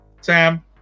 Sam